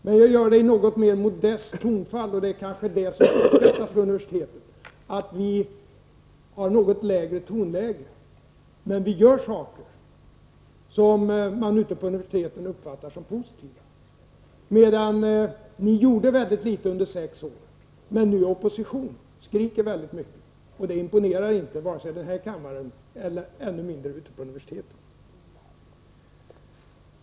Men jag har ett något mer modest tonfall, som kanske uppskattas vid universiteten. Regeringen gör saker, som man ute på universiteten också uppfattar som positiva. Ni gjorde mycket litet under sex år, men i opposition skriker ni väldigt mycket. Detta imponerar inte vare sig i denna kammare eller, ännu mindre, ute på universiteten.